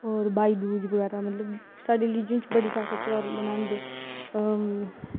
होर भाईदूज बगैरा मतलब साढ़े रिलीज़न च बड़े सारे ध्यार मनांदे